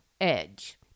edge